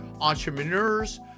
entrepreneurs